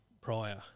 prior